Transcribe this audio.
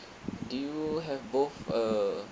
do you have both uh